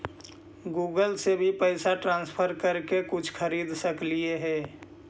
Google से भी पैसा ट्रांसफर कर के कुछ खरिद सकलिऐ हे?